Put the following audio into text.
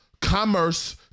commerce